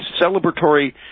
celebratory